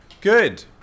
Good